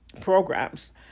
programs